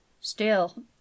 Still